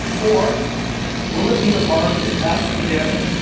or will it be the party of pat buchanan,